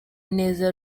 neza